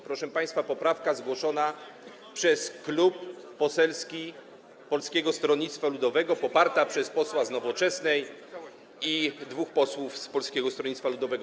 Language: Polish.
Proszę państwa, to poprawka zgłoszona przez Klub Poselski Polskiego Stronnictwa Ludowego poparta przez posła z Nowoczesnej i dwóch posłów z Polskiego Stronnictwa Ludowego.